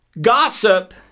gossip